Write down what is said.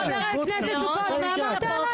חבר הכנסת סוכות, מה אמרת עליי?